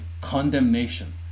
condemnation